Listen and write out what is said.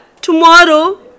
tomorrow